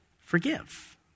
Forgive